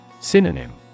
Synonym